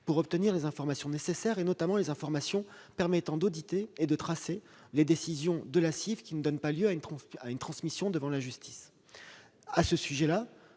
pour obtenir les informations nécessaires, notamment celles qui permettent d'auditer et de tracer les décisions de la CIF ne donnant pas lieu à une transmission devant la justice. À cet